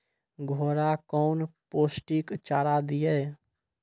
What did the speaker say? घोड़ा कौन पोस्टिक चारा दिए?